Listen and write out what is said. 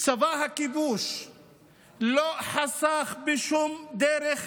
צבא הכיבוש לא חסך בשום דרך